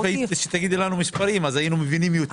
עדיף שתגידי לנו מספרים אז נבין יותר.